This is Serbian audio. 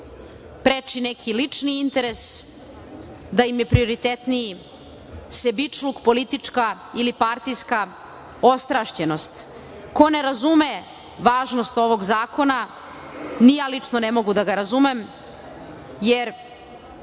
preči neki lični interes, da im je prioritetniji sebičluk, politička ili partijska ostrašćenost. Ko ne razume važnost ovog zakona, ni ja lično ne mogu da ga razumem, jer